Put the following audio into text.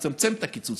לצמצם את הקיצוץ,